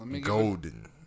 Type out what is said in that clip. golden